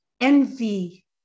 envy